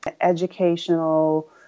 educational